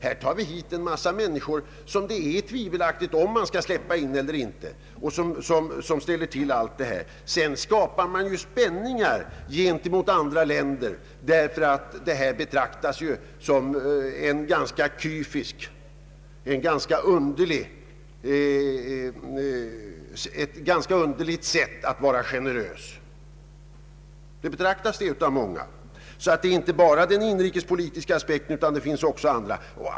Här tar vi emot en massa människor som det är tvivelaktigt om vi bör släppa in, människor som ställer till en mängd bekymmer. Det skapas spänningar gentemot andra länder, för av många betraktas det här som ett ganska underligt sätt att vara generös. Det är således inte bara fråga om den inrikespolitiska aspekten, utan det finns också andra.